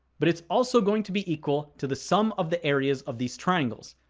but it's also going to be equal to the sum of the areas of these triangles.